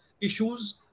issues